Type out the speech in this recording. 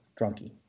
Drunky